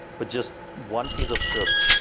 but just one piece of script.